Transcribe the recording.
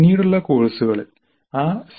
പിന്നീടുള്ള കോഴ്സുകളിൽ ആ സി